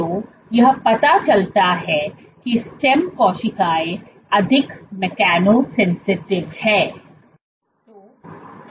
तो यह पता चलता है कि स्टेम कोशिकाएं अधिक मैकेनोन्सिटिव हैं